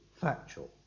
factual